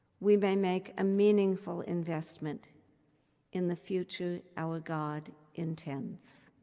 we may make a meaningful investment in the future our god intends.